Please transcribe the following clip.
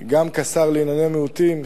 גם כשר לענייני מיעוטים,